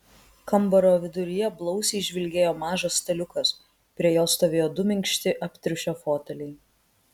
kambario viduryje blausiai žvilgėjo mažas staliukas prie jo stovėjo du minkšti aptriušę foteliai